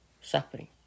suffering